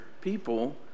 people